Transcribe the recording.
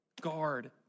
guard